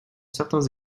certains